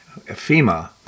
FEMA